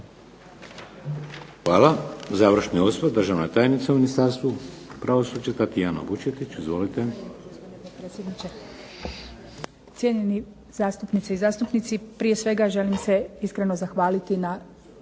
Hvala. Završni osvrt, državna tajnica u Ministarstvu pravosuđa Tatjana Vučetić. Izvolite.